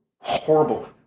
horrible